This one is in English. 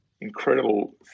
incredible